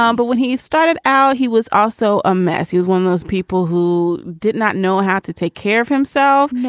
um but when he started out, he was also a mess. he was one of those people who did not know how to take care of himself.